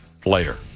player